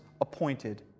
appointed